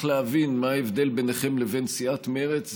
להבין מה ההבדל ביניכם לבין סיעת מרצ.